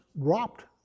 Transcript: dropped